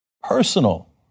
personal